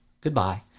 Goodbye